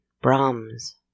Brahms